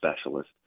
specialist